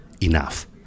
enough